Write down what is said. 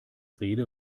rede